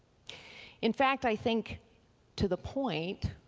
in fact, i think to the point,